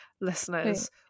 listeners